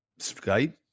Skype